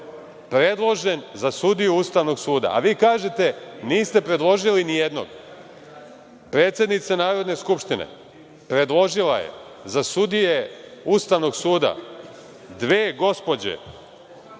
predložen za sudiju Ustavnog suda. A vi kažete niste predložili nijednog? Predsednica Narodne skupštine, predložila je za sudije Ustavnog suda dve gospođe